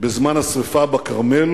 בזמן השרפה בכרמל.